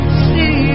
see